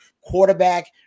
quarterback